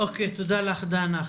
תודה לך, דנה.